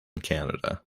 canada